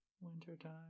Wintertime